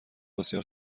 بسیار